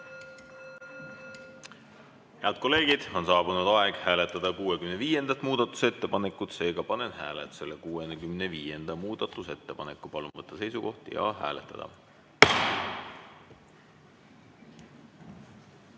Head kolleegid, on saabunud aeg hääletada 65. muudatusettepanekut, seega panen hääletusele 65. muudatusettepaneku. Palun võtta seisukoht ja hääletada!